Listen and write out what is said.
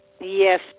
Yes